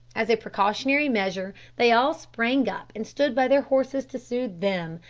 as a precautionary measure they all sprang up and stood by their horses to soothe them,